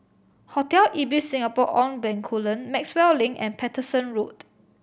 Hotel Ibis Singapore On Bencoolen Maxwell Link and Paterson Road